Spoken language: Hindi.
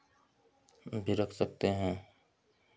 भी रख सकते हैं